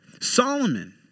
Solomon